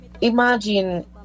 imagine